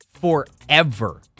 forever